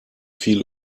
viel